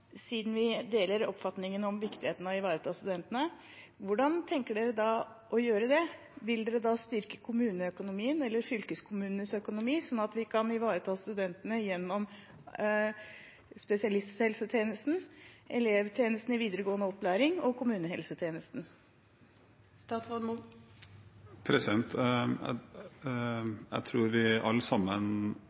siden vi deler oppfatningen om viktigheten av å ivareta studentene, hvordan tenker man da å gjøre det? Vil dere styrke kommuneøkonomien eller fylkeskommunenes økonomi, sånn at vi kan ivareta studentene gjennom spesialisthelsetjenesten, elevtjenesten i videregående opplæring og kommunehelsetjenesten? Jeg tror vi alle sammen